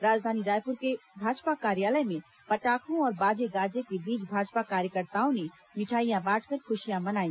राजधानी रायपुर के भाजपा कार्यालय में पटाखों और बाजे गाजे के बीच भाजपा कार्यकर्ताओं ने मिठाइयां बांटकर खुशियां मनाई